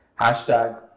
Hashtag